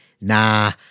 nah